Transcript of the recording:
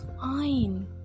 fine